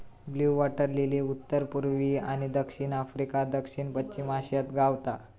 blue water lily उत्तर पुर्वी आणि दक्षिण आफ्रिका, दक्षिण पश्चिम आशियात गावता